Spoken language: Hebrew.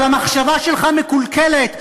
אבל המחשבה שלך מקולקלת.